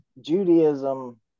Judaism